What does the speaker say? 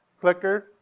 clicker